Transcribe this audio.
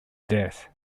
death